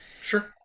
Sure